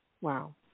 wow